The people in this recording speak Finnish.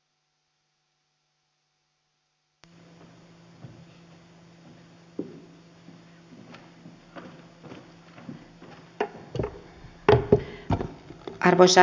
arvoisa puhemies